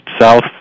south